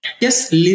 yes